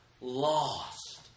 lost